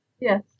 Yes